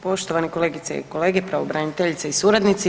Poštovane kolegice i kolege, pravobraniteljice i suradnici.